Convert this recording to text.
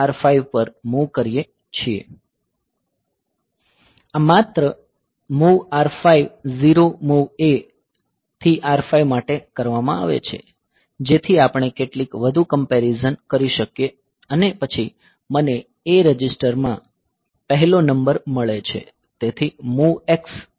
આ માત્ર MOV R5 0 MOV A to R5 માટે કરવામાં આવે છે જેથી આપણે કેટલીક વધુ કંપેરીઝન કરી શકીએ અને પછી મને A રજિસ્ટર માં પહેલો નંબર મળે છે